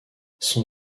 son